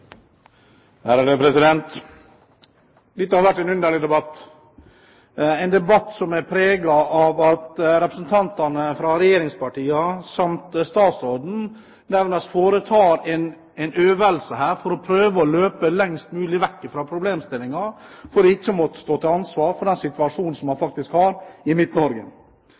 vært en underlig debatt, en debatt som har vært preget av at representantene fra regjeringspartiene samt statsråden nærmest har foretatt en øvelse for å prøve å løpe lengst mulig vekk fra problemstillingen for ikke å måtte stå til ansvar for den situasjonen som man faktisk har i